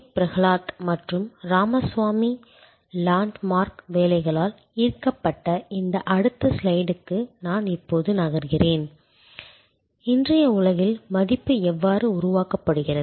பிரஹலாத் மற்றும் Ramaswamy landmark வேலைகளால் ஈர்க்கப்பட்ட இந்த அடுத்த ஸ்லைடுக்கு நான் இப்போது நகர்கிறேன் இன்றைய உலகில் மதிப்பு எவ்வாறு உருவாக்கப்படுகிறது